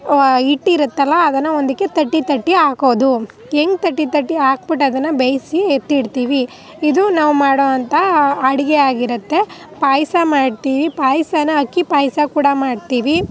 ಹಿಟ್ಟಿರತ್ತಲ ಅದನ್ನು ಒಂದಕ್ಕೆ ತಟ್ಟಿ ತಟ್ಟಿ ಹಾಕೋದು ಹೆಂಗೆ ತಟ್ಟಿ ತಟ್ಟಿ ಹಾಕ್ಬಿಟ್ಟು ಅದನ್ನು ಬೇಯಿಸಿ ಎತ್ತಿ ಇಡ್ತೀವಿ ಇದು ನಾವು ಮಾಡೋ ಅಂತ ಅಡುಗೆ ಆಗಿರುತ್ತೆ ಪಾಯಸ ಮಾಡ್ತೀವಿ ಪಾಯಸನ ಅಕ್ಕಿ ಪಾಯಸ ಕೂಡ ಮಾಡ್ತೀವಿ